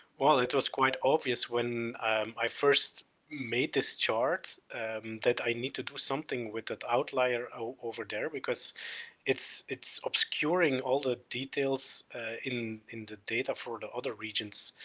well it was quite obvious when i first made this chart that i need to do something with that outlier over there, because it's, it's obscuring all the details in, in the data for the other regions.